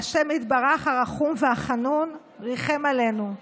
וה' יתברך הרחום והחנון ריחם עלינו.